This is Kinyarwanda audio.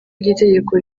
ry’itegeko